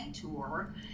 tour